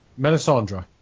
Melisandre